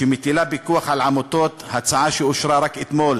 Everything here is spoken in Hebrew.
שמטילה פיקוח על עמותות, הצעה שאושרה רק אתמול